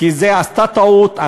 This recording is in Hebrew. כי היא עשתה טעות,